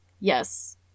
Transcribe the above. Yes